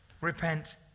Repent